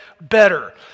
better